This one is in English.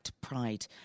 pride